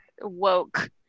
woke